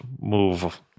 move